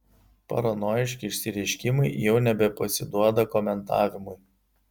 paranojiški išsireiškimai jau nebepasiduoda komentavimui